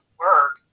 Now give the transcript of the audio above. work